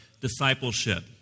discipleship